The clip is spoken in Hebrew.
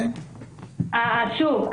שוב,